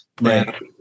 right